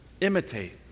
imitate